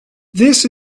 this